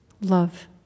love